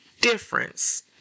difference